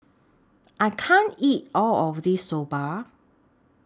I can't eat All of This Soba